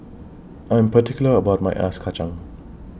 I'm particular about My Ice Kachang